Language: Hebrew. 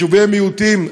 יישובי מיעוטים,